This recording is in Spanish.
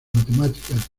matemáticas